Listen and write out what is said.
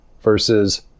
versus